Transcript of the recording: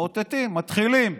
מאותתים, מתחילים: